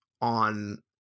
on